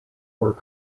were